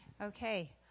Okay